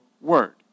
word